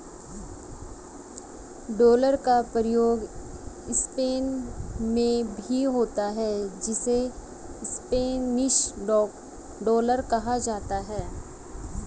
dollar का प्रयोग Spain में भी होता है जिसे स्पेनिश डॉलर कहा जाता है